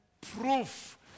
proof